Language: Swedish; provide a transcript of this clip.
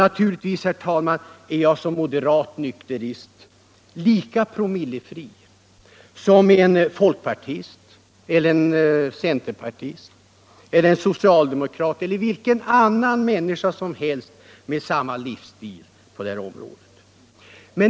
Naturligtvis, herr talman, är jag som moderat nykterist lika promillefri som en folkpartist eller en centerpartist eller en socialdemokrat eller vilken annan människa som helst med samma livsstil på det här området.